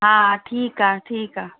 हा ठीकु आहे ठीकु आहे